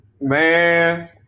Man